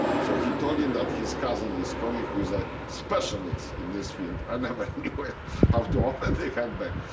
so he told him that his cousin is coming, who is a specialist in this field. i never knew but how to open a handbag.